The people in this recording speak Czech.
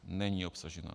Není obsažena.